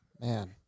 Man